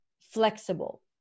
flexible